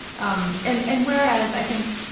um and and whereas, i think,